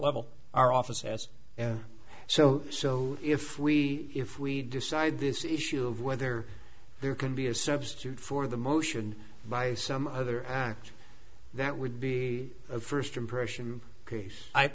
level our office as you know so so if we if we decide this issue of whether there can be a substitute for the motion by some other act that would be a first impression case i